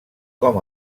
com